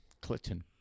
Clinton